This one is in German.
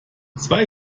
zwei